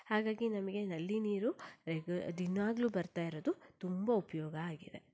ಹಾಗಾಗಿ ನಮಗೆ ನಲ್ಲಿ ನೀರು ದಿನಾಗಲೂ ಬರ್ತಾ ಇರೋದು ತುಂಬ ಉಪಯೋಗ ಆಗಿದೆ